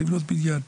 לבנות בניין,